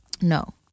No